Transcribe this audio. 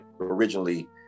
originally